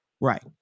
right